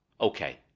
okay